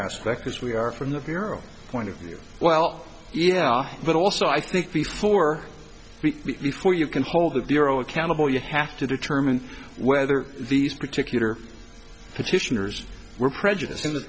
aspect as we are from the bureau point of view well yeah but also i think before we before you can hold the bureau accountable you have to determine whether these particular petitioners were prejudice